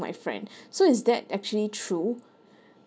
my friend so is that actually true